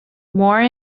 more